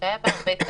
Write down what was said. שהיה בה הרבה טעם,